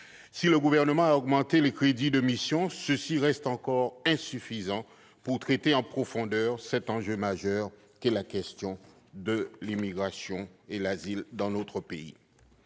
Si le Gouvernement a augmenté les crédits de la mission, ceux-ci restent encore insuffisants pour traiter en profondeur l'enjeu majeur que constituent l'immigration et l'asile dans notre pays.